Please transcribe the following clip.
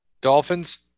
Dolphins